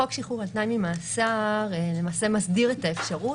חוק שחרור על תנאי ממאסר מסדיר את האפשרות,